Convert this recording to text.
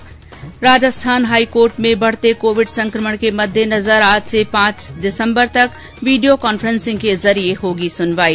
्र राजस्थान हाईकोर्ट में बढ़ते कोविड संकमण के मद्देनजर आज से पांच दिसंबर तक वीडियो कांफेंसिंग के जरिए होगी सुनवाई